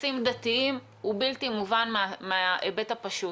הוא בלתי מובן מההיבט הפשוט: